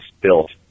built